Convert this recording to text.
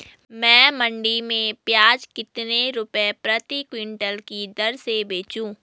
मैं मंडी में प्याज कितने रुपये प्रति क्विंटल की दर से बेचूं?